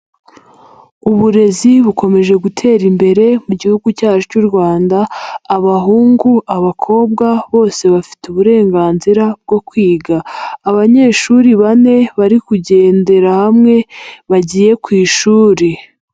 Uburezi bukomeje gutera imbere mu gihugu cyacu cy'u Rwanda. Abahungu, abakobwa bose bafite uburenganzira bwo kwiga abanyeshuri bane bari kugendera hamwe bagiye ku ishuri.